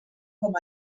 com